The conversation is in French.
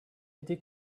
été